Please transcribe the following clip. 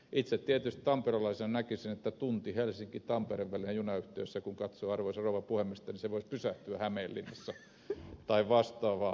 itse tietysti tamperelaisena näkisin helsinkitampere välisen tunnin junayhteyden ja kun katsoo arvoisaa rouva puhemiestä niin se voisi pysähtyä hämeenlinnassa tai vastaavaa